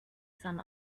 sun